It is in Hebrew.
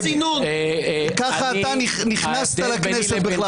כך אתה נכנסת לכנסת.